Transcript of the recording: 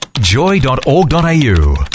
Joy.org.au